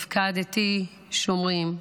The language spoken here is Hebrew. הפקדתי שומרים,